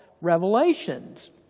revelations